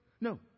No